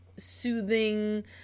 soothing